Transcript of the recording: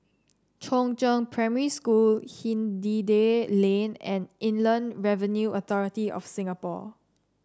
Chongzheng Primary School Hindhede Lane and Inland Revenue Authority of Singapore